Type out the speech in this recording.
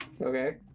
Okay